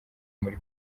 muri